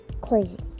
Crazy